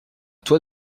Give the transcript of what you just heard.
toi